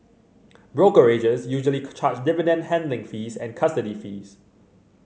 brokerages usually charge dividend handling fees and custody fees